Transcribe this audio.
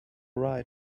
right